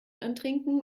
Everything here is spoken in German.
antrinken